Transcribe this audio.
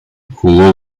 jugó